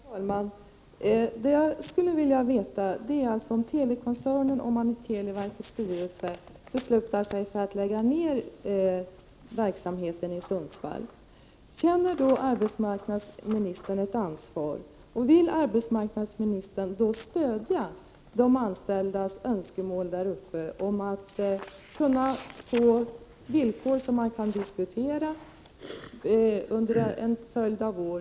Herr talman! Jag skulle vilja veta om arbetsmarknadsministern känner ett ansvar ifall Telikoncernen och televerkets styrelse skulle besluta sig för att lägga ned verksamheten i Sundsvall. Vill arbetsmarknadsministern då tillgodose de önskemål som de anställda däruppe har? Det handlar om villkor som man kan diskutera under en följd av år.